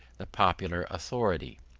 the popular authority.